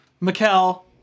Mikel